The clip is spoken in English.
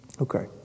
Okay